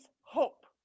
hope